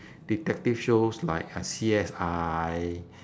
detective shows like uh C_S_I